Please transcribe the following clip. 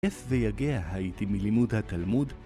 עיף ויגע הייתי מלימוד התלמוד.